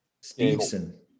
Stevenson